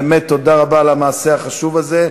באמת תודה רבה על המעשה החשוב הזה.